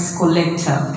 collector